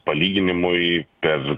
palyginimui per